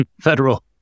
federal